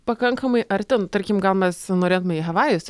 pakankamai arti nu tarkim gal mes norėtume į havajus